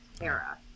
era